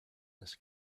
this